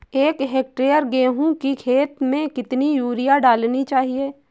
एक हेक्टेयर गेहूँ की खेत में कितनी यूरिया डालनी चाहिए?